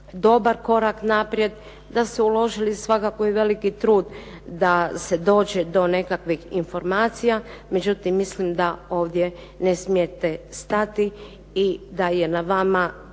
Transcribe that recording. dobar korak naprijed, da su uložili svakako veliki trud da se dođe do nekakvih informacija. Međutim, mislim da ovdje ne smijete stati i da je na vama,